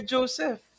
Joseph